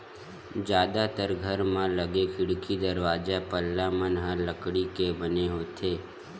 जादातर घर म लगे खिड़की, दरवाजा, पल्ला मन ह लकड़ी के बने होथे